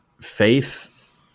faith